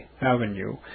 Avenue